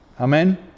Amen